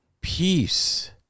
peace